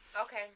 Okay